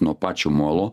nuo pačio molo